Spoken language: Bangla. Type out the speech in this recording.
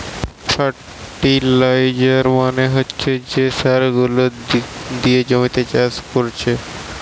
ফার্টিলাইজার মানে হচ্ছে যে সার গুলা দিয়ে জমিতে চাষ কোরছে